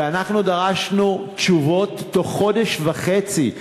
ואנחנו דרשנו תשובות בתוך חודש וחצי.